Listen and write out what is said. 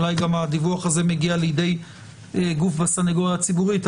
אולי גם הדיווח הזה מגיע לידי גוף בסניגוריה הציבורית.